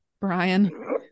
Brian